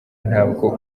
ntabwo